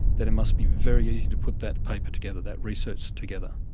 then it must be very easy to put that paper together, that research together.